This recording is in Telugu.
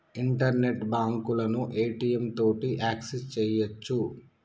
ఇంటర్నెట్ బాంకులను ఏ.టి.యం తోటి యాక్సెస్ సెయ్యొచ్చు